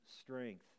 strength